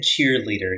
cheerleader